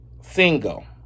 single